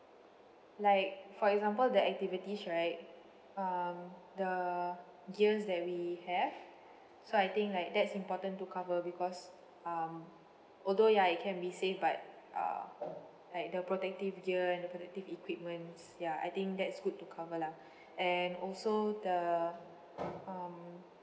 like for example the activities right um the gears that we have so I think like that's important to cover because um although ya it can be safe but uh like the protective gear and the protective equipments ya I think that's good to cover lah and also the um